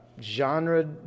genre